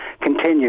continue